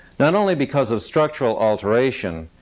not only because of structural alteration,